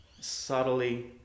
subtly